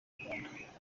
rwanda